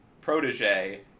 protege